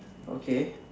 okay